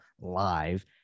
Live